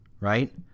right